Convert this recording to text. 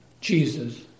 Jesus